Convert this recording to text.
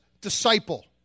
disciple